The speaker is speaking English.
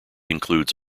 includes